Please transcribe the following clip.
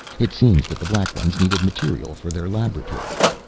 it seems that the black ones needed material for their laboratories.